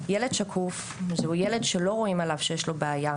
"ילד שקוף" שהוא ילד שלא רואים עליו שיש לו בעיה,